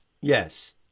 Yes